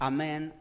Amen